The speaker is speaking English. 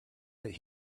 that